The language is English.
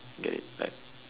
get it like